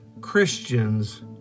Christians